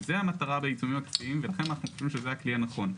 זו המטרה בעיצומים הכספיים ולכן אנחנו חושבים שזה הכלי הנכון.